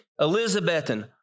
Elizabethan